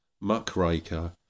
muckraker